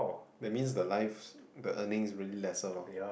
that means the life's the earning is really lesser lor